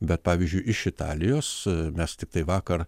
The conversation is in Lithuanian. bet pavyzdžiui iš italijos mes tiktai vakar